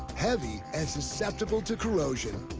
heavy, and susceptible to corrosion.